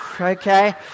Okay